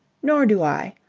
nor do i.